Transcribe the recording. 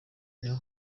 niho